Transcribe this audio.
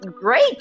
Great